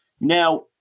Now